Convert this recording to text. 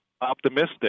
optimistic